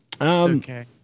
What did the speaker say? okay